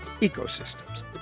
ecosystems